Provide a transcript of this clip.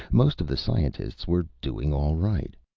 most of the scientists were doing all right.